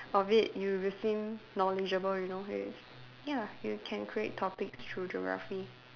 of it you will seem knowledgeable you know yes ya you can create topics through geography